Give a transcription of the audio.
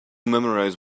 memorize